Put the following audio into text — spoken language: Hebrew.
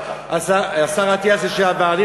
השר לשעבר אטיאס,